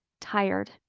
tired